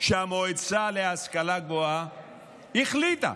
שהמועצה להשכלה גבוהה החליטה,